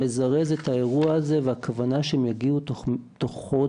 מזרז את האירוע הזה והכוונה שהם יגיעו תוך חודש,